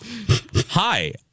Hi